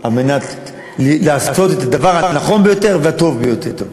כדי לעשות את הדבר הנכון ביותר והטוב ביותר.